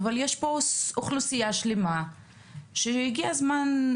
אבל יש כאן אוכלוסייה שלמה והגיע הזמן,